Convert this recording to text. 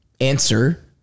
answer